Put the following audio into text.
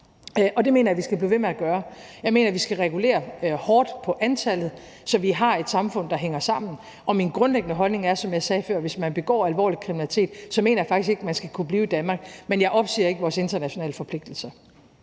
det mener jeg vi skal blive ved med at gøre. Jeg mener, vi skal regulere hårdt på antallet, så vi har et samfund, der hænger sammen. Og min grundlæggende holdning er, som jeg sagde før, at jeg faktisk ikke mener, at man, hvis man begår alvorlig kriminalitet, skal kunne blive i Danmark, men jeg opsiger ikke vores internationale forpligtelser.